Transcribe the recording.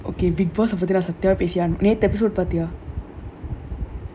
okay bigg boss பத்தி தான் சுத்தமா பேசியாகனும் நேத்து:pathi thaan suthamaa pesiyaaganum nethu episode பார்த்தியா:paathiyaa